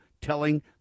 telling